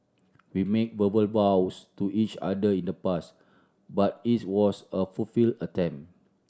we made verbal vows to each other in the past but it was a fulfill attempt